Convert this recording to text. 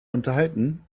unterhalten